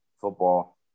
football